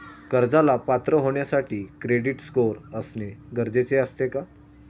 कर्जाला पात्र होण्यासाठी क्रेडिट स्कोअर असणे गरजेचे असते का?